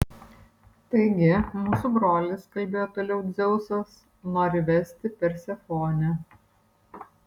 taigi mūsų brolis kalbėjo toliau dzeusas nori vesti persefonę